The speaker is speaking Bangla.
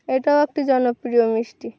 এটাও একটি জনপ্রিয় মিষ্টি